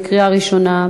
בקריאה ראשונה.